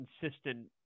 consistent